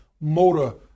motor